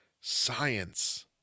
Science